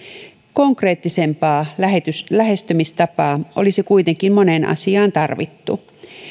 konkreettisempaa lähestymistapaa olisi kuitenkin moneen asiaan tarvittu